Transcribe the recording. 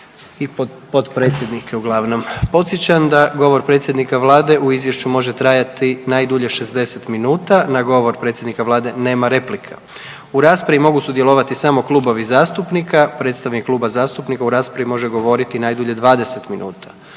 i potpredsjednike uglavnom. Podsjećam da govor predsjednika vlade u izvješću može trajati najdulje 60 minuta, na govor predsjednika vlade nema replika. U raspravi mogu sudjelovati samo klubovi zastupnika, predstavnik kluba zastupnika u raspravi može govoriti najdulje 20 minuta.